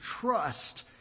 trust